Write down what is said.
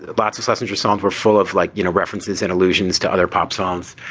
lots of schlessinger's songs were full of like you know references and allusions to other pop songs.